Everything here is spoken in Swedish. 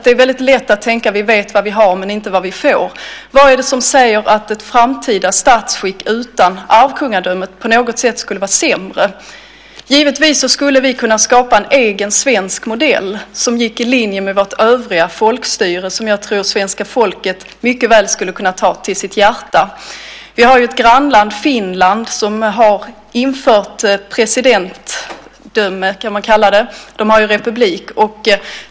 Det är väldigt lätt att tänka: Vi vet vad vi har men inte vad vi får. Vad är det som säger att ett framtida statsskick utan arvkungadömet på något sätt skulle vara sämre? Givetvis skulle vi kunna skapa en egen svensk modell som går i linje med vårt övriga folkstyre, som jag tror att svenska folket mycket väl skulle kunna ta till sitt hjärta. Vi har ju ett grannland, Finland, som har infört "presidentdöme", kan man kalla det. De har ju republik.